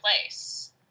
place